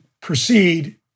proceed